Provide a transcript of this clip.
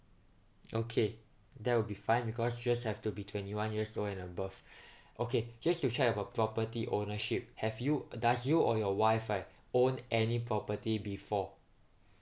okay that will be fine because just have to be twenty one years old and above okay just to check about property ownership have you does you or your wife right own any property before